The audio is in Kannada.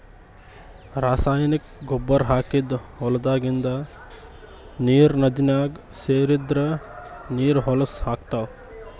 ರಾಸಾಯನಿಕ್ ಗೊಬ್ಬರ್ ಹಾಕಿದ್ದ್ ಹೊಲದಾಗಿಂದ್ ನೀರ್ ನದಿನಾಗ್ ಸೇರದ್ರ್ ನೀರ್ ಹೊಲಸ್ ಆಗ್ತಾವ್